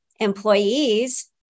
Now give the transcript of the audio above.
employees